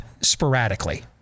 sporadically